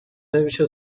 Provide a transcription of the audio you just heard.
نمیشه